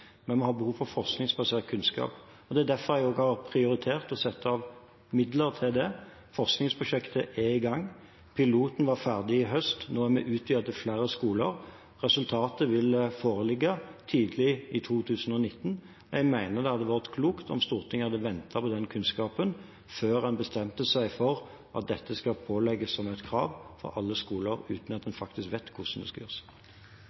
men det er veldig ofte basert på innsatsen til ildsjeler. Vi har behov for forskningsbasert kunnskap, og det er derfor jeg har prioritert å sette av midler til det. Forskningsprosjektet er i gang. Piloten var ferdig i høst. Nå har vi utvidet til flere skoler, og resultatet vil foreligge tidlig i 2019. Jeg mener det hadde vært klokt om Stortinget hadde ventet på den kunnskapen før en bestemte seg for at dette skal pålegges som et krav til alle skoler, uten at